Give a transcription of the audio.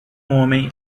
homem